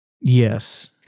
Yes